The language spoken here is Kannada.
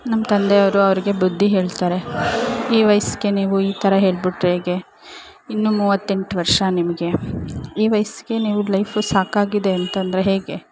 ನಮ್ಮ ತಂದೆ ಅವರು ಅವ್ರಿಗೆ ಬುದ್ದಿ ಹೇಳ್ತಾರೆ ಈ ವಯಸ್ಗೆ ನೀವು ಈ ಥರ ಹೇಳಿಬಿಟ್ರೆ ಹೇಗೆ ಇನ್ನೂ ಮೂವತ್ತೆಂಟು ವರ್ಷ ನಿಮಗೆ ಈ ವಯಸ್ಗೆ ನೀವು ಲೈಫು ಸಾಕಾಗಿದೆ ಅಂತಂದರೆ ಹೇಗೆ